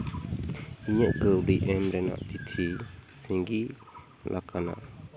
ᱤᱧᱟᱹᱜ ᱰᱤᱡᱟᱭᱤᱱ ᱨᱮᱱᱟᱜ ᱛᱤᱛᱷᱤ ᱥᱤᱜᱤᱞᱟᱠᱟᱱᱟ